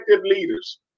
leaders